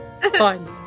fun